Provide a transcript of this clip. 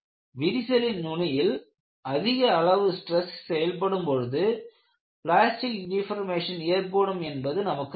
விரிசலின் நுனியில் அதிக அளவு ஸ்டிரஸ் செயல்படும் மற்றும் பிளாஸ்டிக் டெபார்மஷன் ஏற்படும் என்பது நமக்கு தெரியும்